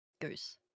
goose